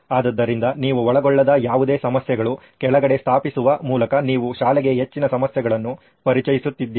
ಆದ್ದರಿಂದ ನೀವು ಒಳಗೊಳ್ಳದ ಯಾವುದೇ ಸಮಸ್ಯೆಗಳು ಕೆಳಗಡೆ ಸ್ಥಾಪಿಸುವ ಮೂಲಕ ನೀವು ಶಾಲೆಗೆ ಹೆಚ್ಚಿನ ಸಮಸ್ಯೆಗಳನ್ನು ಪರಿಚಯಿಸುತ್ತಿದ್ದೀರಾ